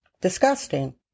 Disgusting